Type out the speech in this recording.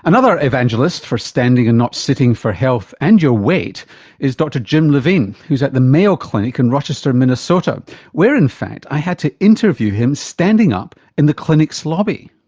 another evangelist for standing and not sitting for health and your weight is dr jim levine who is at the mayo clinic in rochester minnesota where in fact i had to interview him standing up in the clinic's lobby.